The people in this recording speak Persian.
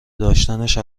داشتنش